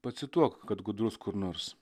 pacituok kad gudrus kur nors